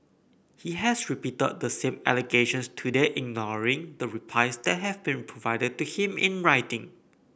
he has repeated the same allegations today ignoring the replies that have been provided to him in writing